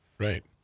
Right